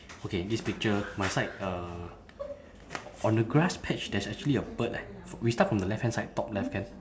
okay this picture my side uh on the grass patch there's actually a bird eh we start from the left hand side top left can